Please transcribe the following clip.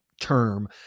term